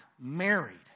married